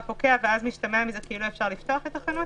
כי בפעם הקודמת הייתה סמכות כללית לתת צו סגירה